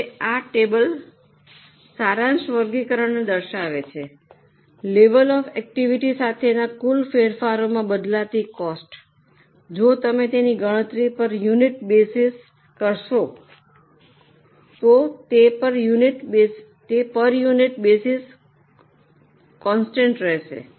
હવે આ ટેબલે સારાંશ વર્ગીકરણને દર્શાવે છે લેવલ ઓફ આટીવીટી સાથેના કુલ ફેરફારોમાં બદલાતી કોસ્ટ જો તમે તેની ગણતરી પર યુનિટ બેસીસ કરશો તો તે પર યુનિટ બેસીસ કોન્સ્ટન્ટ રહેશે